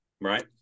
Right